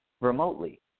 remotely